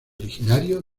originario